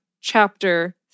chapter